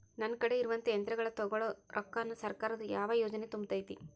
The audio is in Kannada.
ನನ್ ಕಡೆ ಇರುವಂಥಾ ಯಂತ್ರಗಳ ತೊಗೊಳು ರೊಕ್ಕಾನ್ ಸರ್ಕಾರದ ಯಾವ ಯೋಜನೆ ತುಂಬತೈತಿ?